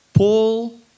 Paul